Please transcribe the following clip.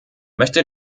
möchte